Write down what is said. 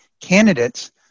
candidates